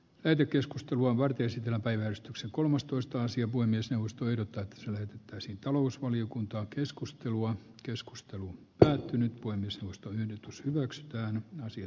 käyty keskustelu alkoi käsitellä päiväystyksen kolmastoista sija kuin myös jousto jota soitettaisiin talousvaliokuntaa keskustelua keskustelun päättynyt painostustaan ehdotus hyväksytään naisia